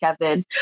Kevin